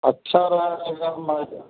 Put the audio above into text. अच्छा रहा कि सब मट है